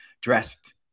dressed